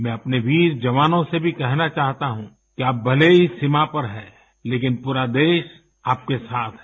मैं अपने वीर जवानों से भी कहना चाहता हूं कि आप भले ही सीमा पर हैं लेकिन पूरा देश आपके साथ है